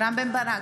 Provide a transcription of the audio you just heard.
רם בן ברק,